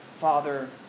Father